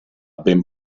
ben